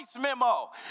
memo